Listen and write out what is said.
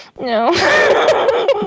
No